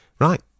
Right